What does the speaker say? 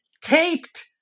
taped